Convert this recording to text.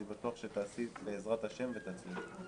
אני בטוח שתעשי בעזרת השם ותצליחי.